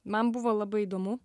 man buvo labai įdomu